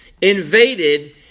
invaded